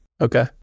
Okay